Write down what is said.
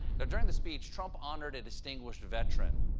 but during the speech, trump honored a distinguished veteran.